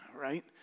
right